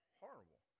horrible